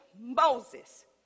Moses